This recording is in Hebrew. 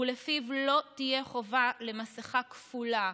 ולפיו לא תהיה חובה למסכה כפולה,